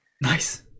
Nice